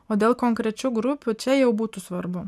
o dėl konkrečių grupių čia jau būtų svarbu